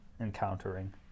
encountering